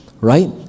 right